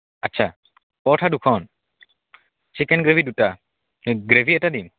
আচ্ছা পৰঠা দুখন chicken gravy দুটা গ্ৰেভি এটা দিম